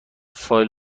فایل